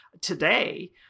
today